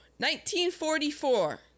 1944